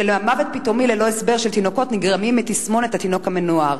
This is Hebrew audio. של מוות פתאומי ללא הסבר של תינוקות נגרמים מתסמונת התינוק המנוער.